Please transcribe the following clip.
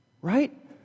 right